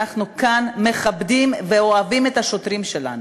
אנחנו כאן מכבדים ואוהבים את השוטרים שלנו.